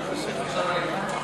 עכשיו אני פה.